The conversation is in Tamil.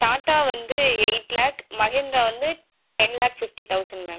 டாடா வந்து எய்ட் லேக் மஹேந்திரா வந்து ten lakh fifty thousand ma'am